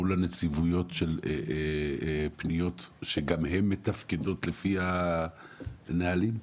מול הנציבויות של פניות שגם הן מתפקדות לפי הנהלים?